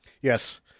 Yes